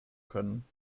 können